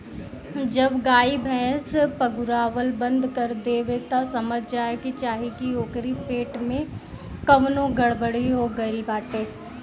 जब गाई भैस पगुरावल बंद कर देवे तअ समझ जाए के चाही की ओकरी पेट में कवनो गड़बड़ी हो गईल बाटे